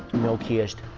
milkiest